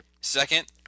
Second